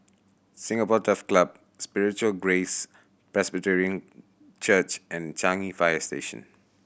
Singapore Turf Club Spiritual Grace Presbyterian Church and Changi Fire Station